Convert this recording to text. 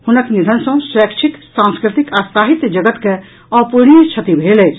हुनक निधन सँ शैक्षिक सांस्कृतिक आ सहित्य जगत के अपूरणीय क्षति भेल अछि